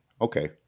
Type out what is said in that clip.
Okay